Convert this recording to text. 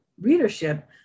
readership